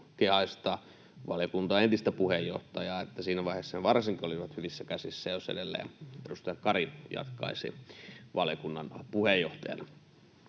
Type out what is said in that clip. kehaista valiokunnan entistä puheenjohtajaa, että siinä vaiheessa ne varsinkin olisivat hyvissä käsissä, jos edelleen edustaja Kari jatkaisi valiokunnan puheenjohtajana.